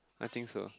I think so